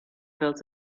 built